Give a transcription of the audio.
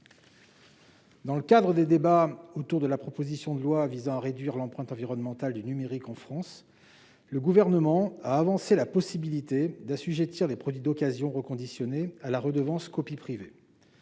Dans le cadre des débats autour de la proposition de loi visant à réduire l'empreinte environnementale du numérique en France, le Gouvernement a avancé la possibilité d'assujettir les produits d'occasion reconditionnés à la redevance « copie privée